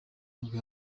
nibwo